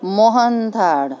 Mohan Thal